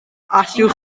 allwch